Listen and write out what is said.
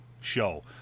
show